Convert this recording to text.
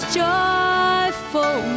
joyful